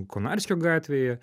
konarskio gatvėje